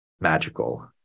magical